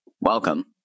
welcome